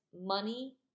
money